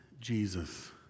Jesus